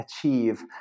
achieve